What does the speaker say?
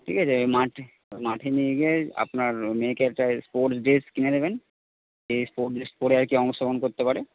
ঠিক আছে মাঠে মাঠে নিয়ে গিয়ে আপনার মেয়েকে একটা স্পোর্টস ড্রেস কিনে দেবেন যে স্পোর্টস ড্রেস পরে আর কি অংশগ্রহণ করতে পারে